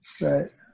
Right